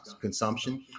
consumption